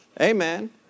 amen